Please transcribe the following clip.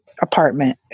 apartment